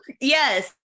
Yes